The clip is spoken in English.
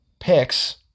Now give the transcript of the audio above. Picks